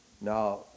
Now